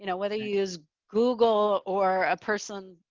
you know whether you use google or a person,